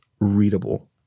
readable